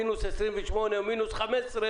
עם מינוס 28 מעלות או מינוס 15 מעלות,